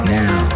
now